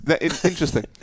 Interesting